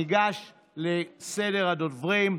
ניגש לסדר הדוברים.